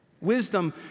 Wisdom